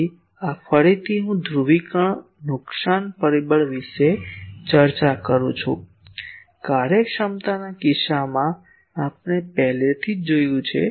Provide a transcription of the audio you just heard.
તેથી આ ફરીથી હું ધ્રુવીકરણ નુકશાન પરિબળ વિશે ચર્ચા કરું છું કાર્યક્ષમતાના કિસ્સામાં આપણે પહેલેથી જ જોયું છે